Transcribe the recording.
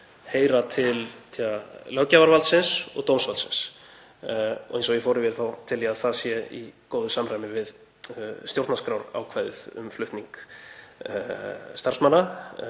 heyra til löggjafarvaldsins og dómsvaldsins. Eins og ég fór yfir þá tel ég að það sé í góðu samræmi við stjórnarskrárákvæðið um flutning starfsmanna,